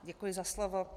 Děkuji za slovo.